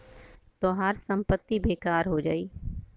तोहार संपत्ति बेकार हो जाई